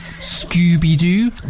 Scooby-Doo